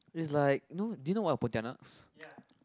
is like no do you know about Pontianaks